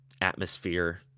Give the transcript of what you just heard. atmosphere